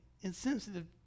insensitive